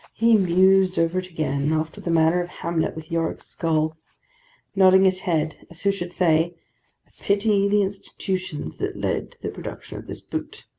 he mused over it again, after the manner of hamlet with yorick's skull nodded his head, as who should say, i pity the institutions that led the production of this boot